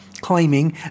claiming